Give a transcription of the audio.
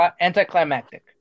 anticlimactic